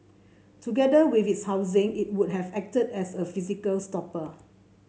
together with its housing it would have acted as a physical stopper